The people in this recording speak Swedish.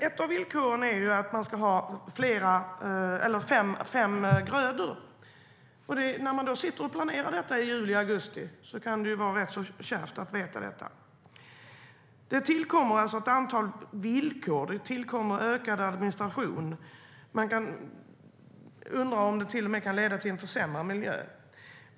Ett av villkoren är att man ska ha fem grödor. När man sitter och planerar i juli och augusti kan det vara rätt så kärvt att veta detta. Det tillkommer alltså ett antal villkor och ökad administration. Man kan undra om det till och med kan leda till försämrad miljö.